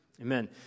Amen